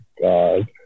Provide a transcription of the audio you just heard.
God